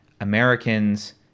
Americans